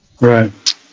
Right